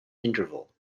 interval